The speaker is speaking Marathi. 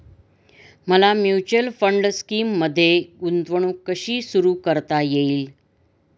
मला म्युच्युअल फंड स्कीममध्ये गुंतवणूक कशी सुरू करता येईल?